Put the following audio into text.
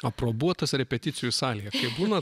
aprobuotas repeticijų salėje būna